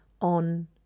on